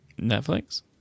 Netflix